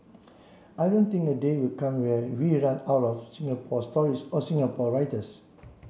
I don't think a day will come where we run out of Singapore stories or Singapore writers